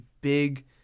big